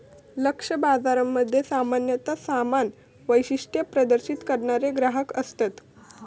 लक्ष्य बाजारामध्ये सामान्यता समान वैशिष्ट्ये प्रदर्शित करणारे ग्राहक असतत